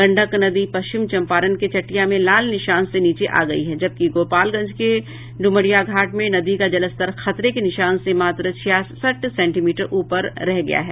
गंडक नदी पश्मिच चंपारण के चटिया में लाल निशान से नीचे आ गयी है जबकि गोपालगंज के ड्मरियाघाट में नदी का जलस्तर खतरे के निशान से मात्र छियासठ सेंटीमीटर ऊपर रह गया है